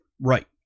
right